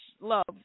love